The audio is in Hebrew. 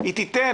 היא תיתן,